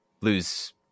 lose